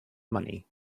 money